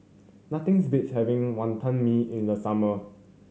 nothings beats having Wantan Mee in the summer